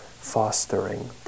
fostering